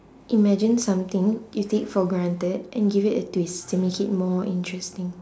imagine something you take for granted and give it a twist to make it more interesting